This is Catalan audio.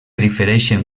difereixen